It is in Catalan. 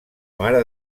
mare